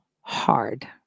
Hard